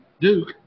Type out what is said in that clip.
Duke